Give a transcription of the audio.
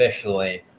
officially